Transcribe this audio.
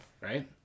right